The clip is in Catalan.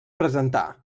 presentar